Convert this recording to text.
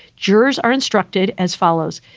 jurors are instructed as follows.